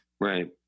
Right